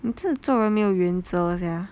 你真的做人没有原则 sia